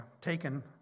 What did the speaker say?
taken